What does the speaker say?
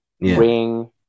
ring